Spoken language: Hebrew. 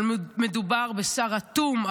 אבל מדובר בשר אטום,